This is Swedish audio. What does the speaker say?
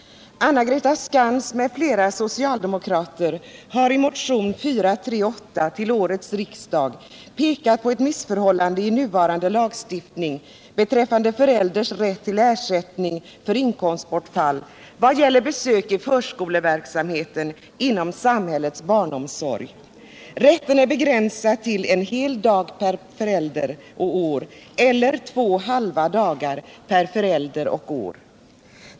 Anna-Greta Skantz m.fl. socialdemokrater har i motionen 438 till årets riksdag pekat på ett missförhållande i nuvarande lagstiftning beträffande förälders rätt till ersättning för inkomstbortfall vad gäller besök i förskoleverksamheten inom samhällets barnomsorg. Rätten är begränsad till en hel dag per förälder och år eller två halva dagar per förälder och år.